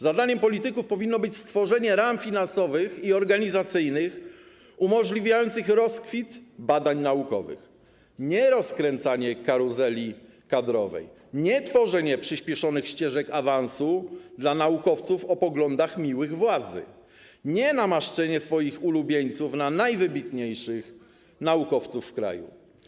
Zadaniem polityków powinno być stworzenie ram finansowych i organizacyjnych umożliwiających rozkwit badań naukowych, a nie rozkręcanie karuzeli kadrowej, nie tworzenie przyspieszonych ścieżek awansu dla naukowców o poglądach miłych władzy, nie namaszczenie swoich ulubieńców na najwybitniejszych naukowców w kraju.